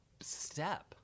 step